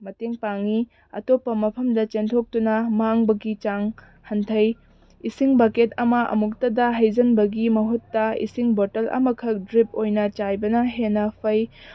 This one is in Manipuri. ꯃꯇꯦꯡ ꯄꯥꯡꯏ ꯑꯇꯣꯞꯄ ꯃꯐꯝꯗ ꯆꯦꯟꯊꯣꯛꯇꯨꯅ ꯃꯥꯡꯕꯒꯤ ꯆꯥꯡ ꯍꯟꯊꯩ ꯏꯁꯤꯡ ꯕꯀꯦꯠ ꯑꯃ ꯑꯃꯨꯛꯇꯗ ꯍꯩꯖꯤꯟꯕꯒꯤ ꯃꯍꯨꯠꯇ ꯏꯁꯤꯡ ꯕꯣꯇꯜ ꯑꯃꯈꯛ ꯗ꯭ꯔꯤꯞ ꯑꯣꯏꯅ ꯆꯥꯏꯕꯅ ꯍꯦꯟꯅ ꯐꯩ